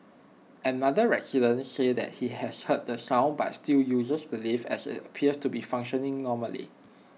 another resident said that he has heard the sound but still uses the lift as IT appears to be functioning normally